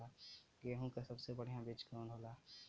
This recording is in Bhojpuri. गेहूँक सबसे बढ़िया बिज कवन होला?